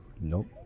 Nope